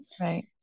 Right